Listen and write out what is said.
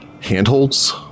handholds